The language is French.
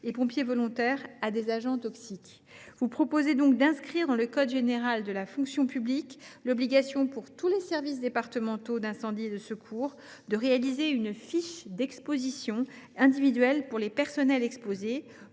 et pompiers volontaires à des agents toxiques. Vous proposez donc d’inscrire dans le code général de la fonction publique l’obligation, pour tous les services départementaux d’incendie et de secours, de renseigner une fiche d’exposition individuelle pour les personnels exposés,